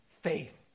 faith